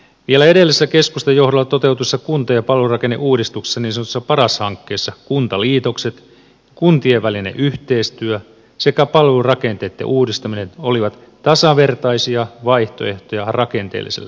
vielä edellisessä keskustan johdolla toteutetussa kunta ja palvelurakenneuudistuksessa niin sanotussa paras hankkeessa kuntaliitokset kuntien välinen yhteistyö sekä palvelurakenteitten uudistaminen olivat tasavertaisia vaihtoehtoja rakenteellisille uudistuksille